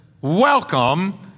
Welcome